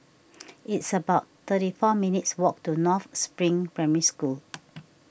it's about thirty four minutes' walk to North Spring Primary School